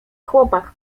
chłopak